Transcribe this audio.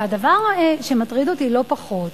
הדבר שמטריד אותי לא פחות,